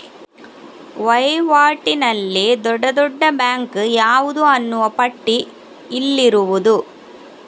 ವೈವಾಟಿನಲ್ಲಿ ದೊಡ್ಡ ದೊಡ್ಡ ಬ್ಯಾಂಕು ಯಾವುದು ಅನ್ನುವ ಪಟ್ಟಿ ಇಲ್ಲಿರುವುದು